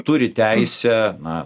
turi teisę na